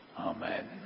Amen